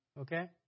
Okay